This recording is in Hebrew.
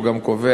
הוא גם קובע,